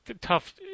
tough